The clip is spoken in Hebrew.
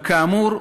אולם, כאמור,